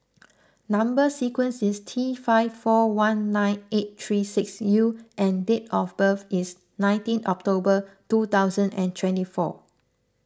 Number Sequence is T five four one nine eight three six U and date of birth is nineteen October two thousand and twenty four